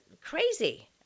crazy